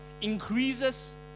increases